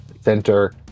center